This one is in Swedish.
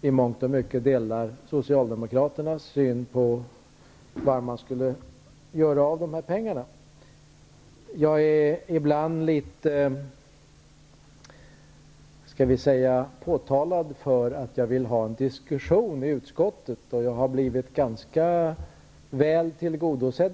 i mångt och mycket delar Socialdemokraternas syn på vad man skulle göra av de här pengarna. Jag är ibland litet påtalad för att jag vill ha en diskussion i utskottet, och jag får väl säga att jag har blivit ganska väl tillgodosedd.